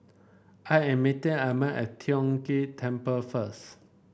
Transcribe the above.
I am meeting Amey at Tiong Ghee Temple first